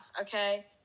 Okay